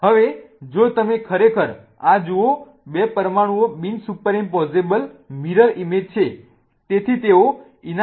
હવે જો તમે ખરેખર આ જુઓ 2 પરમાણુઓ બિન સુપર ઇમ્પોઝેબલ મિરર ઇમેજ છે તેથી તેઓ ઈનાન્સ્યિઓમર્સ છે